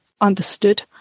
understood